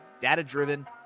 data-driven